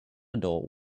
adult